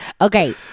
Okay